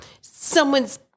someone's